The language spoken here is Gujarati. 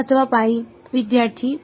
અથવા વિદ્યાર્થી